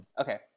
Okay